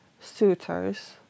suitors